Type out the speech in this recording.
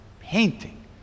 painting